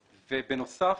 ובנוסף,